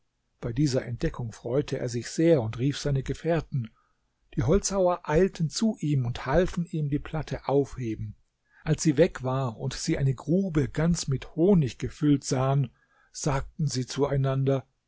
bei dieser entdeckung freute er sich sehr und rief seine gefährten die holzhauer eilten zu ihm und halfen ihm die platte aufheben als sie weg war und sie eine grube ganz mit honig gefüllt sahen sagten sie zueinander